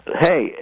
Hey